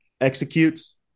executes